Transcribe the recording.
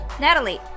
natalie